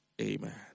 amen